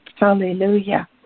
Hallelujah